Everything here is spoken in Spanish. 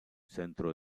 centro